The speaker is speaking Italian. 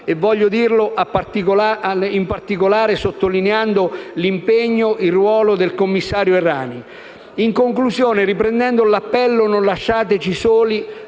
sottolineando in particolare l'impegno e il ruolo del commissario Errani. In conclusione, riprendendo l'appello «Non lasciateci soli»,